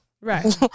Right